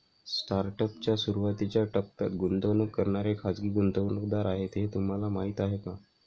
Startup च्या सुरुवातीच्या टप्प्यात गुंतवणूक करणारे खाजगी गुंतवणूकदार आहेत हे तुम्हाला माहीत आहे का?